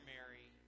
Mary